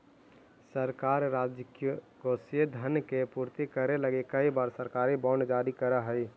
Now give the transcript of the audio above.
सरकार राजकोषीय धन के पूर्ति करे लगी कई बार सरकारी बॉन्ड जारी करऽ हई